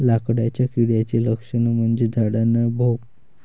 लाकडाच्या किड्याचे लक्षण म्हणजे झाडांना भोक